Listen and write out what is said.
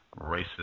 Racist